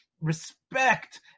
respect